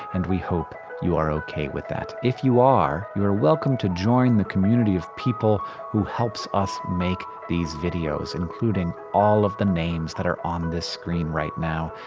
and we hope you are ok with that. if you are, you are welcome to join the community of people who helps us make these videos, including all of the names that are on this screen right now.